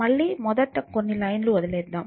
మళ్లీ మొదటి కొన్ని లైన్ లు వదిలేద్దాం